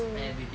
everything